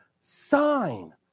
sign